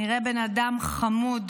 נראה בן אדם חמוד,